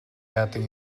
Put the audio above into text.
яадаг